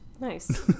Nice